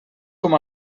com